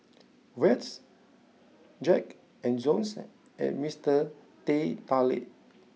Veets Jack and Jones and Mister Teh Tarik